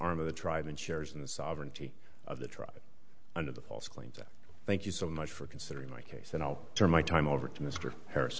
arm of the tribe and shares in the sovereignty of the tribe under the false claims that thank you so much for considering my case and i'll turn my time over to mr harris